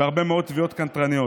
בהרבה מאוד תביעות קנטרניות.